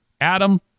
Adam